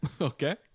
Okay